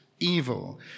evil